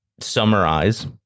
summarize